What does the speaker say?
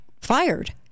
fired